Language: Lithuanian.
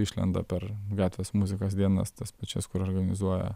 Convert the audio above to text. išlenda per gatvės muzikos dienas tas pačias kur organizuoja